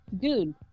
dude